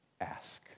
ask